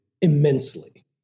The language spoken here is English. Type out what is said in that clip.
immensely